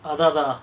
அதா தா:atha tha